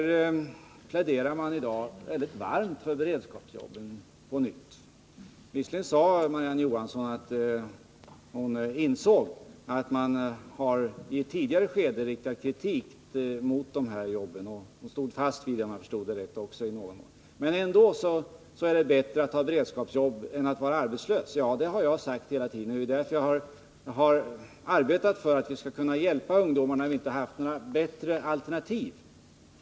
I dag pläderar man på nytt väldigt varmt för beredskapsarbete. Visserligen sade Marie-Ann Johansson att hon insåg att man i det tidigare skedet har riktat kritik mot de här jobben och stod fast vid den — om jag förstod henne rätt — men ändå är det bättre att ha beredskapsjobb än att vara arbetslös. Det har jag sagt hela tiden, och det är därför jag har arbetat för att vi skall kunna hjälpa ungdomarna när det inte har funnits bättre alternativ.